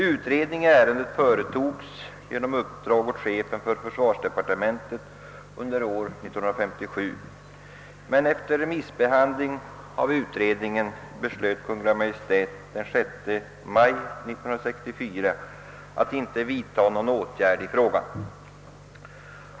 Utredning i ärendet företogs på uppdrag av Kungl. Maj:t genom chefen för försvarsdepartementet år 1957, men efter remissbehandling av ärendet beslöt Kungl. Maj:t den 6 maj 1964 att inte vidtaga någon åtgärd i frågan.